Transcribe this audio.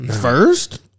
First